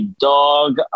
dog